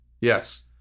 Yes